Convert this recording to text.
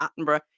Attenborough